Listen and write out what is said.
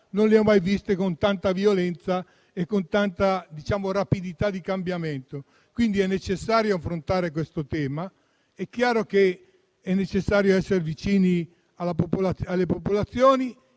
non le ho mai viste con tanta violenza e con tanta rapidità di cambiamento. È necessario affrontare questo tema. È chiaro che è necessario essere vicini alle popolazioni